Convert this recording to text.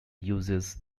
uses